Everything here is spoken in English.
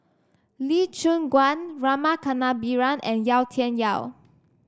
Lee Choon Guan Rama Kannabiran and Yau Tian Yau